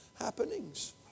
happenings